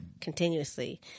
Continuously